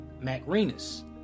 Macrinus